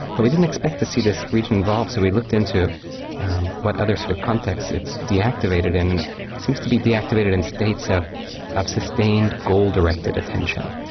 but we didn't expect to see this region involved, so we looked into what other sort of context it's deactivated in. and it seems to be deactivated in states of of sustained, goal-directed attention.